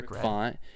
font